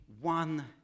One